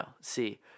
see